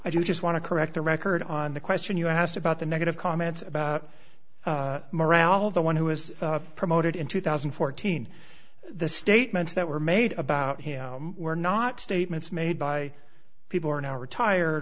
i just want to correct the record on the question you asked about the negative comments about morale of the one who was promoted in two thousand and fourteen the statements that were made about him were not statements made by people who are now retired